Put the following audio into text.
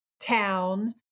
town